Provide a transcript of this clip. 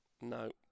No